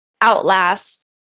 outlast